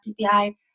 ppi